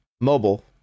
Mobile